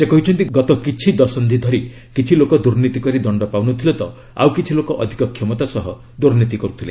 ସେ କହିଛନ୍ତି ଗତ କିଛି ଦଶନ୍ଧି ଧରି କିଛି ଲୋକ ଦୁର୍ନୀତି କରି ଦଣ୍ଡ ପାଉନଥିଲେ ତ ଆଉ କିଛି ଲୋକ ଅଧିକ କ୍ଷମତା ସହ ଦୁର୍ନୀତି କରୁଥିଲେ